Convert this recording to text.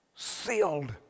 Sealed